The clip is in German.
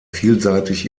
vielseitig